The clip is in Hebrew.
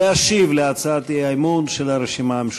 להשיב על הצעת האי-אמון של הרשימה המשותפת.